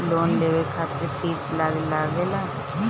Loan लेवे खातिर fees लागेला?